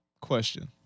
Question